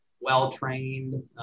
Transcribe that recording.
well-trained